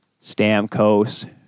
Stamkos